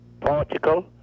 Portugal